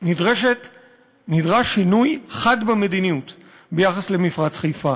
נדרש שינוי חד במדיניות ביחס למפרץ חיפה.